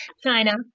china